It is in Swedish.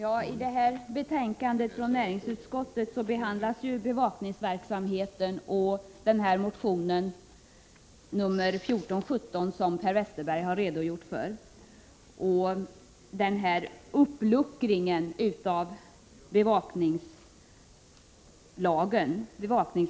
Herr talman! I betänkande 11 från näringsutskottet behandlas bevakningsverksamheten och motion 1417, som Per Westerberg har redogjort för och i vilken föreslås en uppluckring av bevakningsföretagslagen.